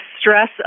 stress